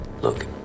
Look